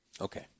okay